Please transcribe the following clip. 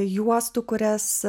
juostų kurias